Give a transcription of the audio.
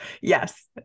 Yes